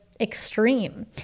extreme